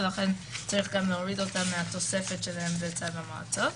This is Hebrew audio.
ולכן צריך להוריד אותם מהתוספת שלהם בצו המועצות.